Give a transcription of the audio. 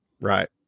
Right